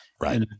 Right